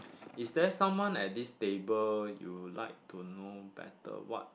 is there someone at this table you like to know better what